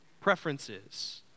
preferences